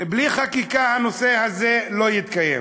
בלי חקיקה הנושא הזה לא יתקדם.